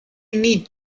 need